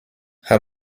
her